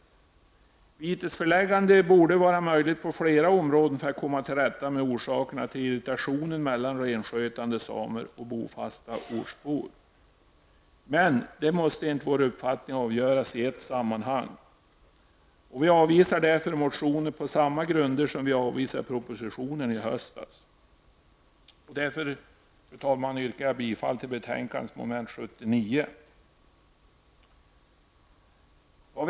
Vitesföreläggande borde vara möjligt på flera områden för att komma till rätta med orsakerna till irritationen mellan renskötande samer och bofasta ortsbor. Men det måste enligt min uppfattning avgöras i ett sammanhang. Vi avvisar därför motioner om detta på samma grunder som vi i höstas avvisade propositionen. Därför, fru talman, yrkar jag bifall till utskottets hemställan i mom. 79 i betänkandet.